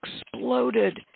exploded